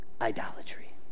idolatry